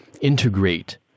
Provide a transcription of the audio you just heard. integrate